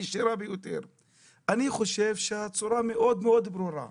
אני חושב שהצורה מאוד ברורה,